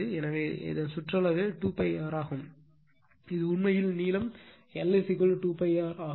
எனவேசுற்றளவு 2 π r ஆகும் இது உண்மையில் நீளம் l 2 π r ஆகும்